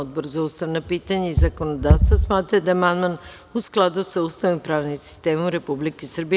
Odbor za ustavna pitanja i zakonodavstvo smatra da je amandman u skladu sa Ustavom i pravnim sistemom Republike Srbije.